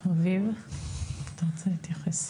רביב, אתה רוצה להתייחס?